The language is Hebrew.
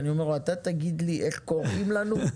אמרתי לו, אתה תגיד לי איך קוראים לנו?